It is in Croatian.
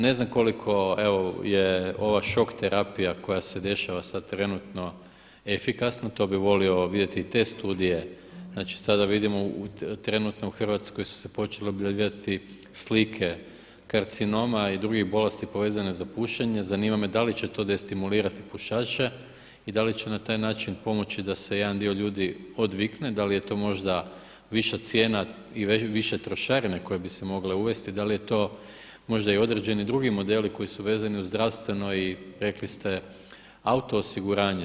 Ne znam koliko, evo je ova šok terapija koja se dešava sada trenutno efikasna, to bih volio vidjeti i te studije, znači sada vidimo trenutno u Hrvatskoj su se počele objavljivati slike karcinoma i drugih bolesti povezanih za pušenje, zanima me da li će to destimulirati pušače i da li će na taj način pomoći da se jedan dio ljudi da se jedan dio ljudi odvikne, da li je to možda viša cijena i više trošarine koje bi se mogle uvesti, da li je to možda i određeni drugi modeli koji su vezani uz zdravstveno i rekli ste auto osiguranje.